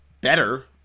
better